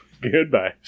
Goodbye